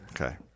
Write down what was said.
Okay